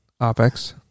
opex